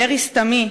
ירי סתמי,